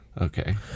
Okay